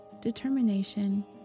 determination